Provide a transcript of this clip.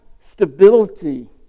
stability